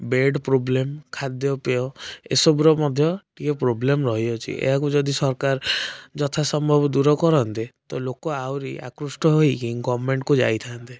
bed problem ଖାଦ୍ୟପେୟ ଏସବୁର ମଧ୍ୟ ଟିକିଏ ପ୍ରୋବ୍ଲେମ ରହିଅଛି ଏହାକୁ ଯଦି ସରକାର ଯଥା ସମ୍ଭବ ଦୂର କରନ୍ତେ ତ ଲୋକ ଆହୁରି ଆକୃଷ୍ଟ ହୋଇକି ଗଭର୍ଣ୍ଣମେଣ୍ଟକୁ ଯାଇଥାନ୍ତେ